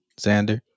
Xander